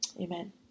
amen